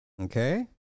Okay